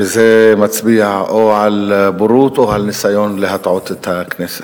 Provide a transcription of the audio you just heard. וזה מצביע או על בורות או על ניסיון להטעות את הכנסת.